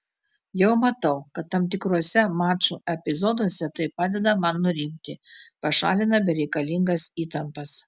jau matau kad tam tikruose mačų epizoduose tai padeda man nurimti pašalina bereikalingas įtampas